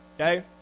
okay